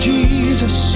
Jesus